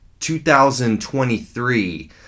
2023